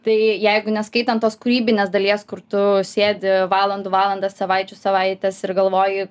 tai jeigu neskaitant tos kūrybinės dalies kur tu sėdi valandų valandas savaičių savaites ir galvoji